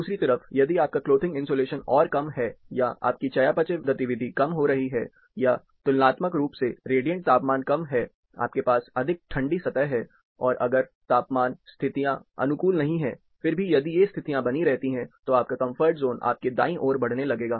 दूसरी तरफ यदि आपका क्लोथिंग इंसुलेशन और कम है या आपकी चयापचय गतिविधि कम हो रही है या तुलनात्मक रूप से रेडिएंट तापमान कम है आपके आसपास अधिक ठंडी सतह है और अगर तापमान स्थितियाँ अनुकूल नहीं हैं फिर भी यदि ये स्थितियाँ बनी रहती हैं तो आपका कम्फर्ट ज़ोन आपके दाई ओर बढ़ने लगेगा